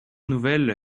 nouvelles